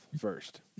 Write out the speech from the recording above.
first